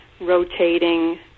rotating